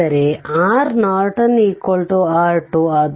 ಅಂದರೆ R Norton R2